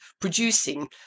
producing